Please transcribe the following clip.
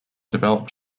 developed